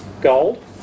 gold